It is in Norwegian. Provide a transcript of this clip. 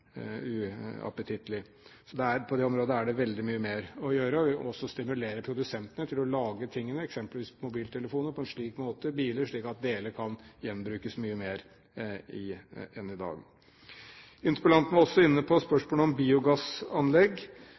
Så på det området er det veldig mye mer å gjøre, og man kan også stimulere produsentene til å lage eksempelvis mobiltelefoner og biler på en slik måte at deler kan gjenbrukes mye mer enn i dag. Interpellanten var også inne på spørsmålet om biogassanlegg.